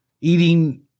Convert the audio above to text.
eating